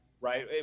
right